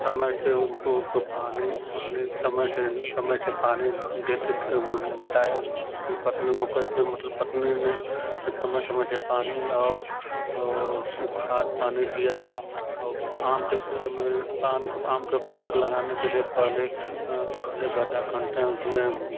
समय से उसको उसको पानी पानी समय से समय से पानी देते थे बताए कि पत्नी को कैसे मतलब पत्नी ने समय समय से पानी और और खाद पानी दिया औ आम के पेड़ में आम आम के पेड़ को लगाने के लिए पहले पहले गड्ढा खनते हैं उसमें